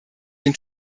den